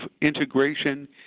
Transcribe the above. integration